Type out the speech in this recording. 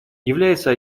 является